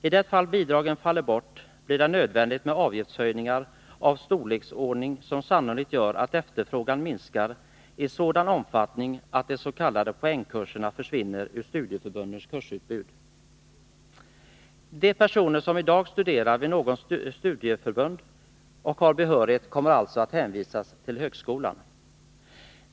I det fall bidragen faller bort blir det nödvändigt med avgiftshöjningar av en storleksordning, som sannolikt gör att efterfrågan minskar i sådan omfattning att de s.k. poängkurserna försvinner ur studieförbundens kursutbud. De personer som i dag studerar vid något studieförbund och har behörighet kommer alltså att hänvisas till högskolan.